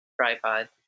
tripod